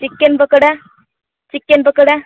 chicken pakora chicken pakora